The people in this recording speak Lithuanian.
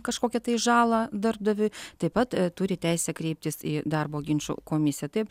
kažkokią tai žalą darbdaviui taip pat turi teisę kreiptis į darbo ginčų komisiją taip